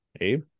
abe